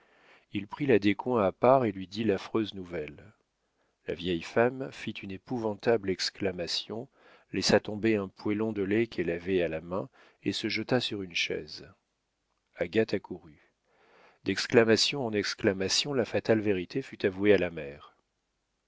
il prit la descoings à part et lui dit l'affreuse nouvelle la vieille femme fit une épouvantable exclamation laissa tomber un poêlon de lait qu'elle avait à la main et se jeta sur une chaise agathe accourut d'exclamations en exclamations la fatale vérité fut avouée à la mère